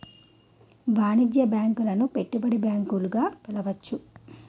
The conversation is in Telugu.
వాణిజ్య బ్యాంకులను పెట్టుబడి బ్యాంకులు గా పిలవచ్చు